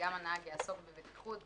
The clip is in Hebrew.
וגם הנהג יעסוק בבטיחות.